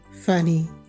Funny